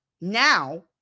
now